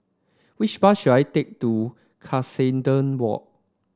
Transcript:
which bus should I take to Cuscaden Walk